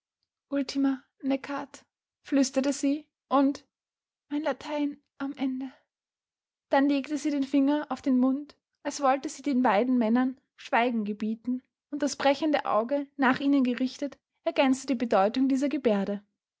ultima necat flüsterte sie und mein latein am ende dann legte sie den finger auf den mund als wollte sie den beiden männern schweigen gebieten und das brechende auge nach ihnen gerichtet ergänzte die bedeutung dieser geberde